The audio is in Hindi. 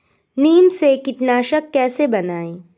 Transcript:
नीम से कीटनाशक कैसे बनाएं?